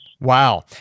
Wow